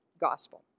gospel